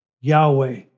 Yahweh